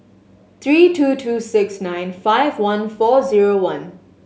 three two two six nine five one four zero one